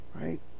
right